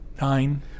nine